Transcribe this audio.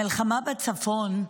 המלחמה בצפון,